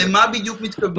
למה בדיוק הם מתכוונים.